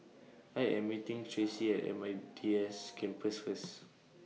I Am meeting Tracey At M D I S University Campus First